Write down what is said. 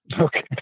Okay